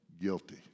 guilty